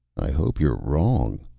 i hope you're wrong,